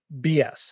BS